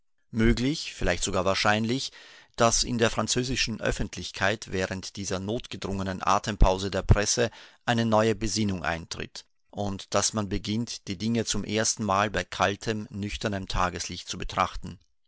möglich vielleicht sogar wahrscheinlich daß in der französischen öffentlichkeit während dieser notgedrungenen atempause der presse eine neue besinnung eintritt und daß man beginnt die dinge zum ersten mal bei kaltem nüchternem tageslicht zu betrachten